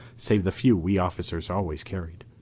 save the few we officers always carried.